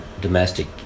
domestic